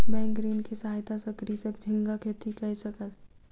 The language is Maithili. बैंक ऋण के सहायता सॅ कृषक झींगा खेती कय सकल